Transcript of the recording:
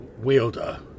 Wielder